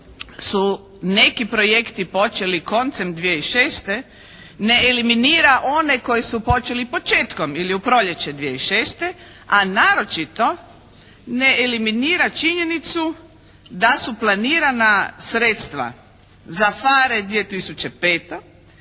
su neki projekti počeli koncem 2006. ne eliminira one koji su počeli početkom ili u proljeće 2006., a naročito ne eliminira činjenicu da su planirana sredstva za PHARE 2005.,